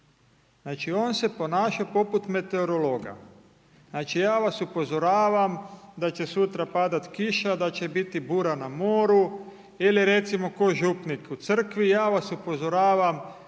Znači on se ponašao poput meteorologa. Znači ja vas upozoravam da će sutra padati kiša, da će biti bura na moru ili recimo kao župnik u crkvi, ja vas upozoravam da trebate